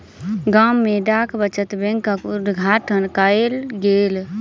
गाम में डाक बचत बैंकक उद्घाटन कयल गेल